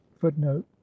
Footnote